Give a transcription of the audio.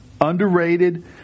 underrated